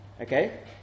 Okay